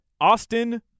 Austin